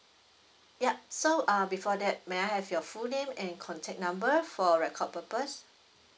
yup so uh before that may I have your full name and contact number for record purpose